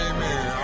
Amen